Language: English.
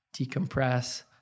decompress